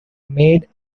made